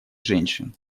женщин